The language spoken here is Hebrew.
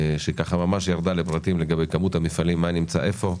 שממש ירדה לפרטים לגבי מספר המפעלים מה נמצא איפה.